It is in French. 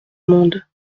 monde